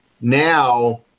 Now